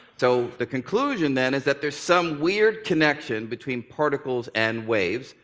so, the conclusion then is that there is some weird connection between particles and waves,